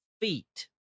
feet